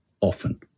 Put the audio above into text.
often